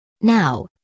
Now